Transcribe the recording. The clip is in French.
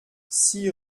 six